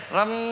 Ram